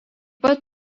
pat